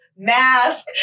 mask